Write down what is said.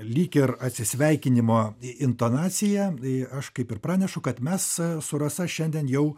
lyg ir atsisveikinimo intonaciją aš kaip ir pranešu kad mes su rasa šiandien jau